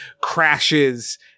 crashes